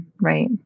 Right